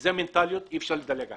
וזו מנטליות שאי אפשר לדלג עליה.